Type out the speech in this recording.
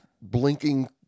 blinking